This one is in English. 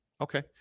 okay